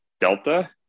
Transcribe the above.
Delta